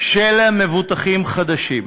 של מבוטחים חדשים.